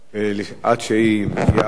עד שחברת הכנסת וילף תגיע למקומה,